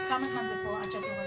אחרת זה לוקח חודשים על גבי